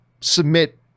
submit